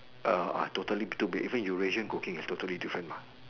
uh totally two things even Eurasian cooking is totally different mah